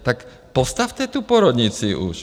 Tak postavte tu porodnici už.